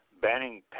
banning